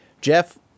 Jeff